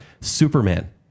Superman